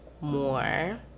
more